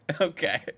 Okay